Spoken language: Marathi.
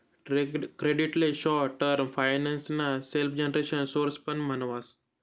ट्रेड क्रेडिट ले शॉर्ट टर्म फाइनेंस ना सेल्फजेनरेशन सोर्स पण म्हणावस